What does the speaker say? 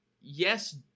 Yes